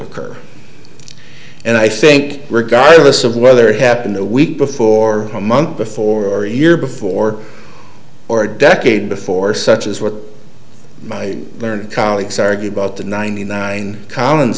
occur and i think regardless of whether it happened a week before a month before year before or a decade before such as what my colleagues argue about the ninety nine collins